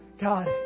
God